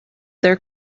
their